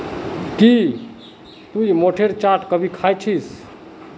की टी मोठेर चाट कभी ख़या छि